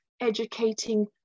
educating